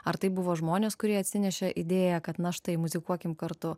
ar tai buvo žmonės kurie atsinešė idėją kad na štai muzikuokim kartu